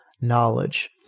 knowledge